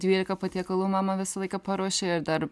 dvylika patiekalų mama visą laiką paruošė ir dar